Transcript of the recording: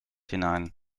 hinein